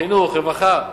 חינוך ורווחה.